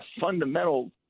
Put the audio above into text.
fundamental